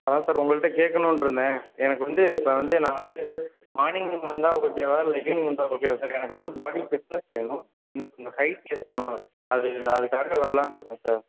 அதான் சார் உங்கள்கிட்ட கேட்கணுன்னு இருந்தேன் எனக்கு வந்து இப்போ வந்து நான் வந்து மார்னிங் வந்தால் ஓகேவா இல்லை ஈவினிங் வந்தால் ஓகேவா சார் எனக்கு வந்து பாடி ஃபிட்னஸ் வேணும் இன்னும் கொஞ்சம் ஹைட் ஏற்றணும் அது அதுக்காக வரலாம்னு இருக்கேன் சார்